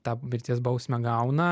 tą mirties bausmę gauna